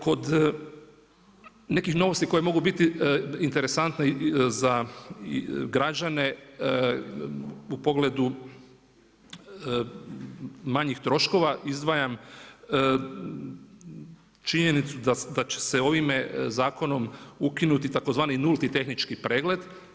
Kod nekih novosti koje mogu biti interesantne za građane u pogledu manjih troškova izdvajam činjenicu da će se ovime zakonom ukinuti tzv. nulti tehnički pregled.